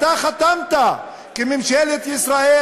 אתה חתמת, כממשלת ישראל,